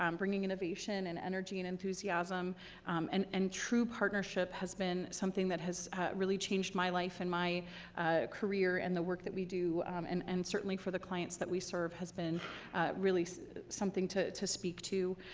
um bringing innovation and energy and enthusiasm and and true partnership has been something that has really changed my life and my career and the work that we do and and certainly for the clients that we serve has been really something to to speak to.